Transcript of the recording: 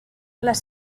les